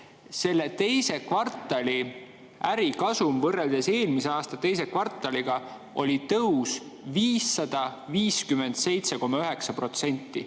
eurot. Teise kvartali ärikasum võrreldes eelmise aasta teise kvartaliga oli 557,9%